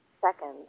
seconds